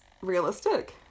realistic